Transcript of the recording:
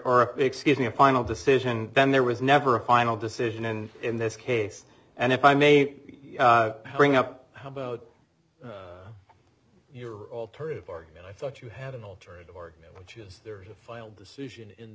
are a excuse me a final decision then there was never a final decision and in this case and if i may bring up how about your alternative argument i thought you had an alternative argument which is there's a final decision in